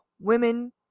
Women